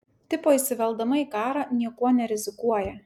tipo įsiveldama į karą niekuo nerizikuoja